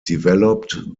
developed